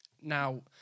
Now